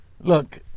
Look